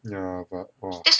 ya but !wah!